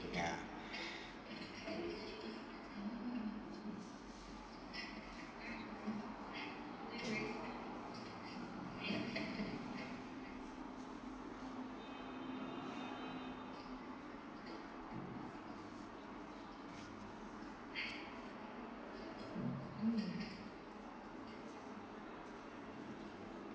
ya